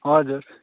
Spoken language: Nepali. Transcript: हजुर